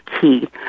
key